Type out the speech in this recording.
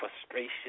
frustration